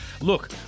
look